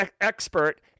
expert